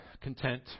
content